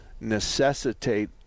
necessitate